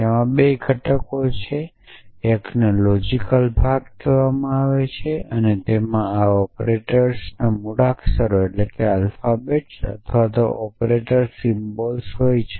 તેમાં 2 ઘટકો છે એકને લોજિકલ ભાગ કહેવામાં આવે છે અને તેમાં આ ઑપરેટર્સ મૂળાક્ષરો અથવા ઑપરેટર સિમ્બલ્સ હોય છે